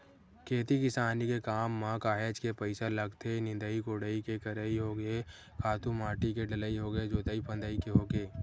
खेती किसानी के काम म काहेच के पइसा लगथे निंदई कोड़ई के करई होगे खातू माटी के डलई होगे जोतई फंदई के होगे